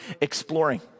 exploring